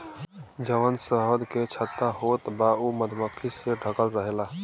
जवन शहद के छत्ता होत बा उ मधुमक्खी से ढकल रहेला